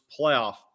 playoff